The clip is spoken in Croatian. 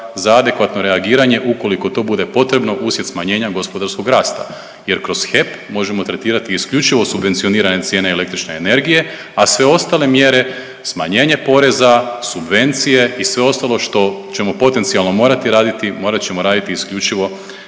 za adekvatno reagiranje ukoliko to bude potrebno uslijed smanjenja gospodarskog rasta jer kroz HEP možemo tretirati isključivo subvencionirane cijene električne energije, a sve ostale mjere smanjenje poreza, subvencije i sve ostalo što ćemo potencijalno morati raditi, morat ćemo raditi isključivo